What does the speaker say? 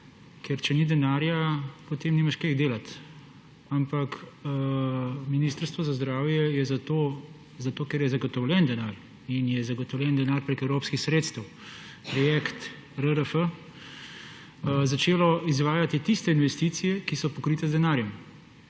ker če ni denarja, potem nimaš kaj delati. Ampak Ministrstvo za zdravje je zato, ker je zagotovljen denar in je zagotovljen denar preko evropskih sredstev, projekt RRF, začelo izvajati tiste investicije, ki so pokrite z denarjem.